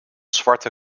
zwarte